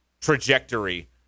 trajectory